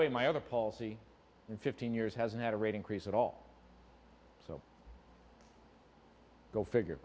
way my other policy in fifteen years hasn't had a rate increase at all so go figure